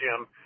Jim